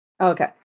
okay